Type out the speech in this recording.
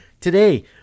Today